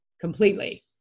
completely